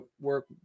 work